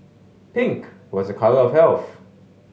pink was a colour of health